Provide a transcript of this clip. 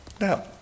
Now